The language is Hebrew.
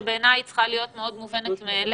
שבעיניי היא צריכה להיות מאוד מובנת מאליה,